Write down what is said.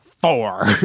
four